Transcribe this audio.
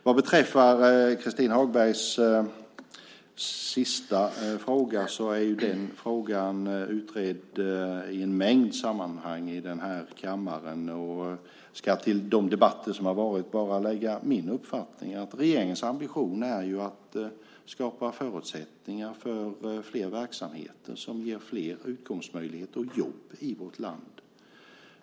Vad beträffar Christin Hagbergs sista fråga är den utredd i en mängd sammanhang i den här kammaren. Jag ska till de debatter som har förts bara lägga min uppfattning att regeringens ambition är att skapa förutsättningar för flera verksamheter som ger flera utkomstmöjligheter och jobb i vårt land.